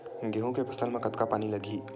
गेहूं के फसल म कतका पानी लगही?